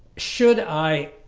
should i